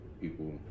people